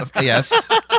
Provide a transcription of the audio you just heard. yes